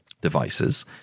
devices